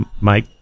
Mike